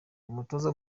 umutoza